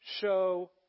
show